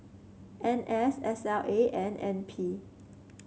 N S S L A and N P